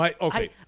Okay